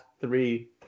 three